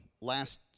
last